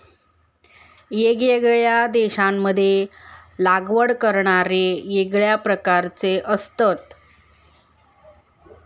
येगयेगळ्या देशांमध्ये लागवड करणारे येगळ्या प्रकारचे असतत